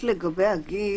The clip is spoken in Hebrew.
לגבי הגיל,